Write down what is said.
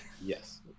Yes